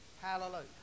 Hallelujah